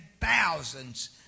thousands